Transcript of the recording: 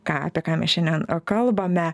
ką apie ką mes šiandien kalbame